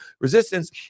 resistance